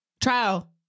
Trial